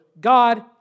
God